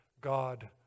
God